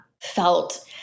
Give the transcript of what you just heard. felt